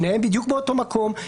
שניהם בדיוק באותו מקום,